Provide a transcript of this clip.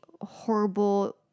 horrible